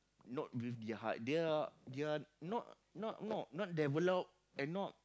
not with their heart their their not not not not develop and not